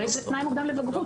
הרי זה תנאי מוקדם לבגרות.